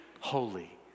holy